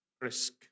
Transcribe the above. risk